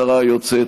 השרה היוצאת,